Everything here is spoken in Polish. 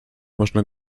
można